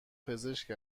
پزشک